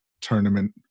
tournament